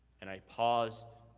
and i paused,